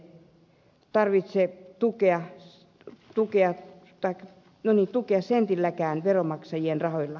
ydinenergiaa ei tarvitse tukea senttiäkään veronmaksajien rahoilla